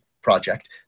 project